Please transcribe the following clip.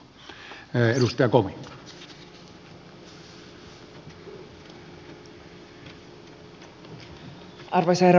arvoisa herra puhemies